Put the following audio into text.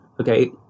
Okay